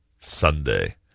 Sunday